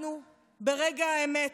אנחנו ברגע האמת,